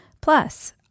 Plus